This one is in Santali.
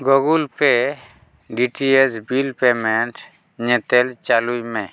Google pay D T H bill payments ᱧᱮᱛᱮᱞ ᱪᱟᱹᱞᱩᱭ ᱢᱮ